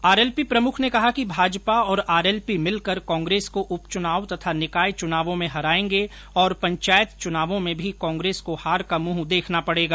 RLP प्रमुख ने कहा कि भाजपा और आरएलपी मिलकर कांग्रेस को उपचनाव तथा निकाय चुनावों में हरायेंगे और पंचायत चुनावों में भी कांग्रेस को हार का मुंह देखना पडेगा